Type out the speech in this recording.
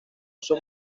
uso